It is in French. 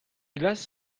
glace